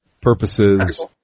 purposes